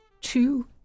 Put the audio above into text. Two